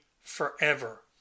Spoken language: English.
forever